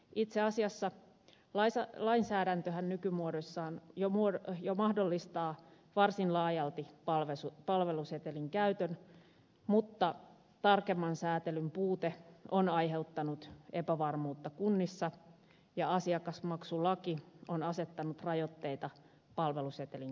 itse asiassa lainsäädäntöhän nykymuodossaan jo mahdollistaa varsin laajalti palvelusetelin käytön mutta tarkemman säätelyn puute on aiheuttanut epävarmuutta kunnissa ja asiakasmaksulaki on asettanut rajoitteita palvelusetelin käytölle